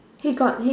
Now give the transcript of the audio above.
he got he